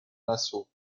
nassau